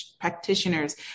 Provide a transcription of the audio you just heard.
practitioners